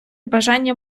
бажання